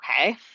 Okay